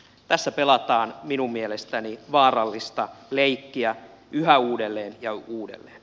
tässä pelataan minun mielestäni vaarallista leikkiä yhä uudelleen ja uudelleen